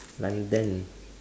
london